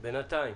בינתיים